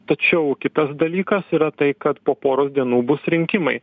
tačiau kitas dalykas yra tai kad po poros dienų bus rinkimai